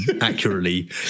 accurately